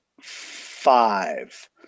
five